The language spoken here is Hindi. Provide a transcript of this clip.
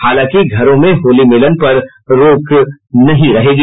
हालांकि घरों में होली मिलन पर रोक नहीं रहेगी